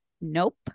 Nope